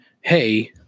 Hey